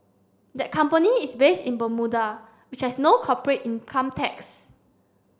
that company is based in Bermuda which has no corporate income tax